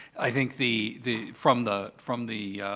i think the the from the from the